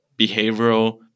behavioral